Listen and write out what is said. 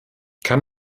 kann